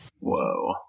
Whoa